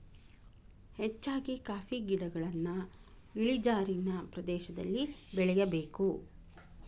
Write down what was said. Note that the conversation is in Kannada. ಹೆಚ್ಚಾಗಿ ಕಾಫಿ ಗಿಡಗಳನ್ನಾ ಇಳಿಜಾರಿನ ಪ್ರದೇಶದಲ್ಲಿ ಬೆಳೆಯಬೇಕು